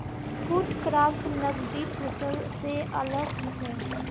food crops नगदी फसल से अलग होचे